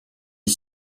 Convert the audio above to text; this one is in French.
est